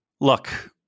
Look